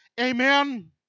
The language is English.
amen